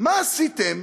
מה עשיתם